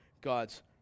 God's